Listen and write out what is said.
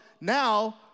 now